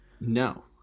no